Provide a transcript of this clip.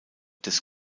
des